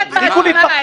--- תפסיקו להתבכיין.